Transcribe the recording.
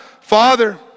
Father